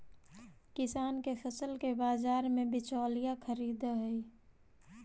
किसान के फसल के बाजार में बिचौलिया खरीदऽ हइ